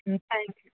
thank you